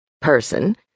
person